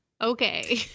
okay